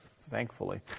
thankfully